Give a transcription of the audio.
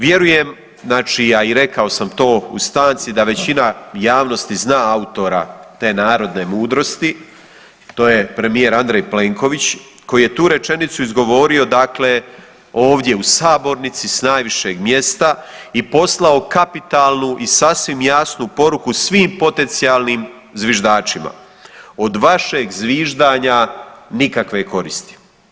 Vjerujem, a i rekao sam to u stanci da većina javnosti zna autora te narodne mudrosti, to je premijer Andrej Plenković koji je tu rečenicu izgovorio ovdje u sabornici s najvišeg mjesta i posao kapitalnu i sasvim jasnu poruku svim potencijalnim zviždačima, od vašeg zviždanja nikakve koristi.